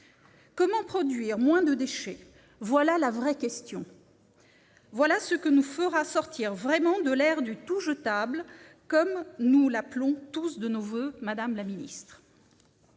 Comment produire moins de déchets ? Voilà la vraie question. Voilà ce qui nous fera sortir vraiment de l'ère du tout-jetable, ce que nous appelons tous de nos voeux, madame la secrétaire